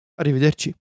Arrivederci